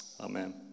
Amen